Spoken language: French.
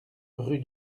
rue